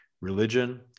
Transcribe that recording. Religion